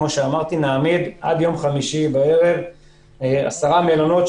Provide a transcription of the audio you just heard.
אנחנו נעמיד עד יום חמישי בערב עשרה מלונות,